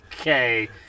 okay